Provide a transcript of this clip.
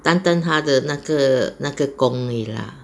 单单他的那个那个工而已 lah